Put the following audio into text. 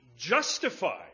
justified